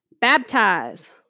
baptize